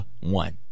one